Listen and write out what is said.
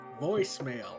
Voicemail